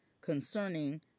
concerning